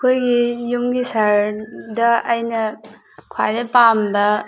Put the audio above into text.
ꯑꯩꯈꯣꯏꯒꯤ ꯌꯨꯝꯒꯤ ꯁꯍꯔꯗ ꯑꯩꯅ ꯈ꯭ꯋꯥꯏꯗꯩ ꯄꯥꯝꯕ